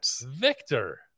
Victor